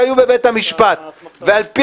על פי הנתונים שהיו בבית המשפט ועל פי